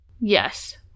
Yes